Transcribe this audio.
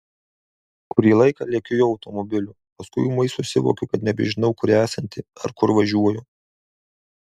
kurį laiką lekiu jo automobiliu paskui ūmai susivokiu kad nebežinau kur esanti ar kur važiuoju